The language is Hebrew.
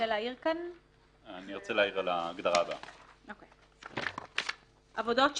"עבודות שיפוצים"